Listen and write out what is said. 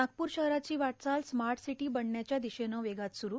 नागपूर शहराची वाटचाल smart city बनण्याच्या दिशेनं वेगात सुरू